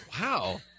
Wow